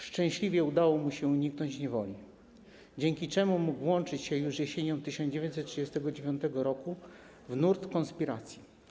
Szczęśliwie udało mu się uniknąć niewoli, dzięki czemu mógł włączyć się już jesienią 1939 r. w nurt konspiracji.